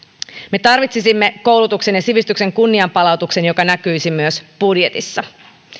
me tarvitsisimme koulutuksen ja sivistyksen kunnianpalauksen joka näkyisi myös budjetissa